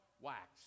wax